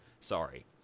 Sorry